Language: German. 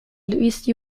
louise